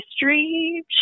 history